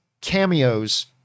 cameos